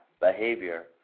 behavior